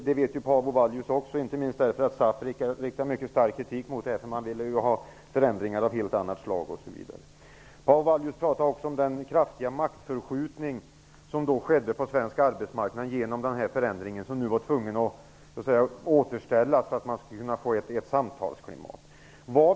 Det vet ju Paavo Vallius också, inte minst därför att SAF riktade mycket stark kritik därför att man ville ha förändringar av ett helt annat slag osv. Paavo Vallius talade också om den kraftiga maktförskjutning som då skedde från svensk arbetsmarknad genom den förändring som man var tvungen att återställa för att få ett samtalsklimat.